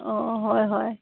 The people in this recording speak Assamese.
অঁ হয় হয়